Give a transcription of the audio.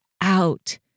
out